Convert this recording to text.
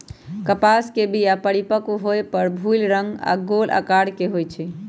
कपास के बीया परिपक्व होय पर भूइल रंग आऽ गोल अकार के होइ छइ